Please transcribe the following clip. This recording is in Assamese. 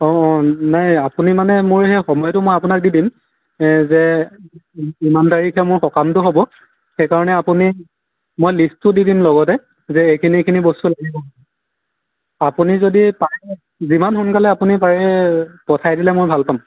অ' নাই আপুনি মানে মোৰ সেই সময়টো আপোনাক দি দিম এই যে ইমান তাৰিখে মোৰ সকামটো হ'ব সেইকাৰণে আপুনি মই লিষ্টটো দি দিম লগতে যে এইখিনি এইখিনি বস্তু লাগিব আপুনি যদি পাৰে যিমান সোনকালে আপুনি পাৰে পঠাই দিলে মই ভাল পাম